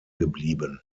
geblieben